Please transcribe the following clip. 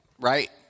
right